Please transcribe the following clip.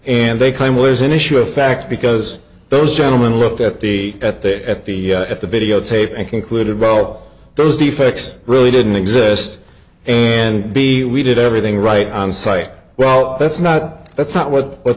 and they claim was an issue of fact because those gentlemen looked at the at that at the at the video tape and concluded well those effects really didn't exist and b we did everything right on site well that's not that's not what what